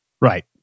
Right